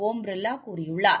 ஓம் பிர்வா கூறியுள்ளார்